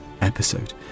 episode